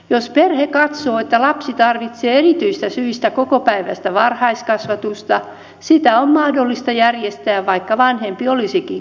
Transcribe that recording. jos perhe katsoo että lapsi tarvitsee erityisistä syistä kokopäiväistä varhaiskasvatusta sitä on mahdollista järjestää vaikka vanhempi olisikin kotona